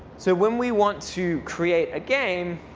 so when we want to create a game,